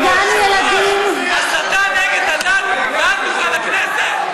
בגן ילדים, הסתה נגד הדת מעל דוכן הכנסת?